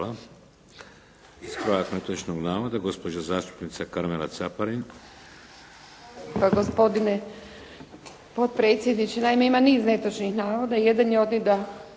Hvala. Ispravak netočnog navoda gospođa zastupnica Karmela Caparin.